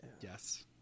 Yes